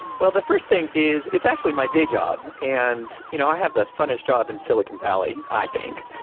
well, the first thing is it's actually my day job. and you know i have the funnest job in silicon valley, i think,